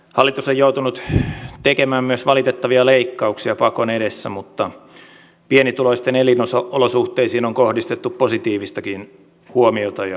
hallitus on joutunut tekemään myös valitettavia leikkauksia pakon edessä mutta pienituloisten elinolosuhteisiin on kohdistettu positiivistakin huomiota ja toimia